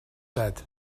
said